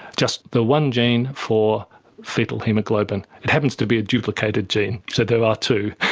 just the one gene for foetal haemoglobin. it happens to be duplicated gene, so there are two.